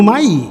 Mají!